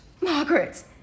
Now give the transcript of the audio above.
Margaret